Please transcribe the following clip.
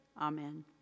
Amen